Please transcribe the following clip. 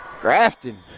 Grafton